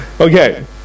Okay